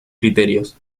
criterios